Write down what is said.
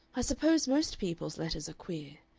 i suppose most people's letters are queer.